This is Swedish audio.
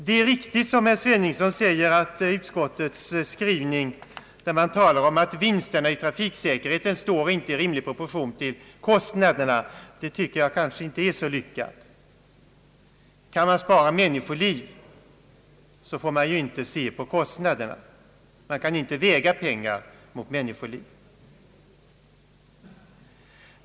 Det är riktigt som herr Sveningsson säger att utskottets skrivning, där man talar om att vinsterna i trafiksäkerhet inte står i rimlig proportion till kostnaderna, inte är särskilt lyckad. Kan man spara människoliv, får man inte se på kostnaden. Man kan inte väga pengar mot människoliv.